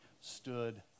stood